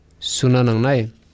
Sunanangai